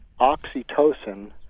oxytocin